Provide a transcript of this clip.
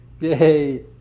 Yay